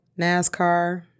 NASCAR